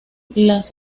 las